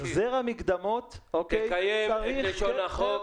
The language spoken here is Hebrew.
החזר המקדמות --- תקיים את לשון החוק,